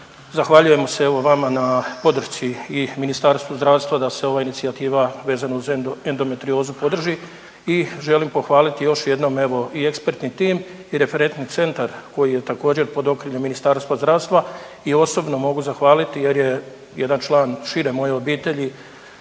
Zahvaljujemo se evo vama na podršci i Ministarstvu zdravstva da se ova inicijativa vezano uz endometriozu podrži i da želim pohvaliti još jednom evo i ekspertni tim i referentni centar koji je također pod okriljem Ministarstva zdravstva i osobno mogu zahvaliti jer je jedan član šire moje obitelji